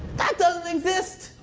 that doesn't exist.